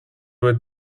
with